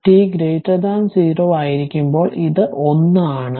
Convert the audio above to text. t0 ആയിരിക്കുമ്പോൾ ഇത് 1 ആണ്